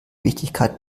wichtigkeit